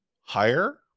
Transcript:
higher